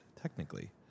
technically